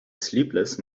sleepless